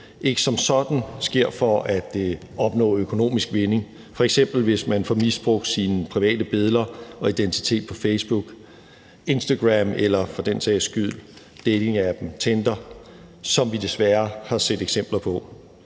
ikke som sådan sker for at opnå økonomisk vinding, f.eks. hvis man får misbrugt sine private billeder og identitet på Facebook, på Instagram eller for den sags skyld på datingappen Tinder, som vi desværre har set eksempler på.